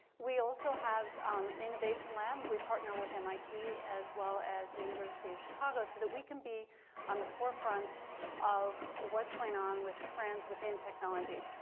we also have an innovation lab. we partner with mit, as well as university of chicago, so that we can be on the forefront of what's going on with trends within technology.